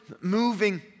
moving